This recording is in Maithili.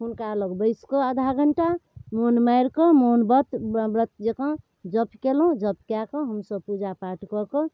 हुनका लग बैसिकऽ आधा घण्टा मोन मारिकऽ मौनव्रत मौनव्रतजकाँ जप कएलहुँ जप कऽ कऽ हमसभ पूजापाठ कऽ कऽ